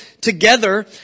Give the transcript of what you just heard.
together